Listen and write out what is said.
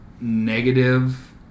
negative